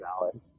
valid